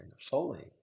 fully